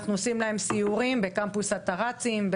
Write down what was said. אנחנו עושים להם סיורים בקמפוס הטר"צים (טרום צבאי),